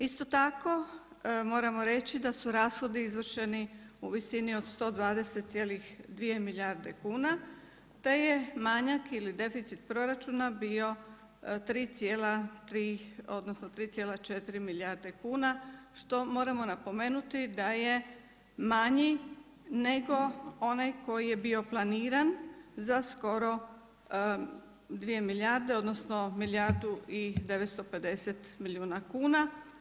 Isto tako moramo reći da su rashodi izvršeni u visini od 120,2 milijardi kuna, te je manjak ili deficit proračuna bio 3,3 odnosno 3,4 milijarde kuna što moramo napomenuti da je manji nego onaj koji je bio planiran za skoro 2 milijarde, odnosno milijardu i 950 milijuna kuna.